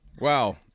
Wow